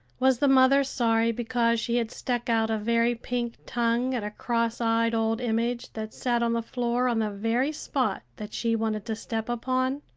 was the mother sorry because she had stuck out a very pink tongue at a cross-eyed old image that sat on the floor on the very spot that she wanted to step upon?